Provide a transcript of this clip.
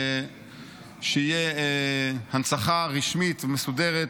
שתהיה הנצחה רשמית ומסודרת